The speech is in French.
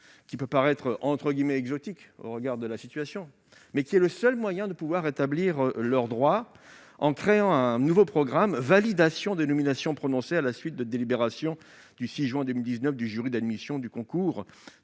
qui peut paraître « exotique » au regard de la situation, mais qui est le seul moyen de pouvoir établir leurs droits. Il vise à créer un nouveau programme « Validation des nominations prononcées à la suite de la délibération du 6 juin 2019 du jury d'admission au concours